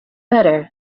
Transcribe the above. better